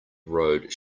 road